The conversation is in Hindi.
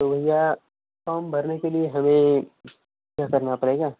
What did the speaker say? तो भैया फॉम भरने के लिये हमें क्या करना पड़ेगा